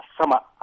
sama